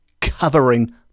covering